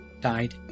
died